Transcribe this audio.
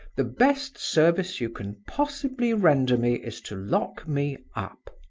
the best service you can possibly render me is to lock me up.